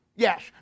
Yes